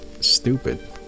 stupid